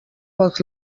pels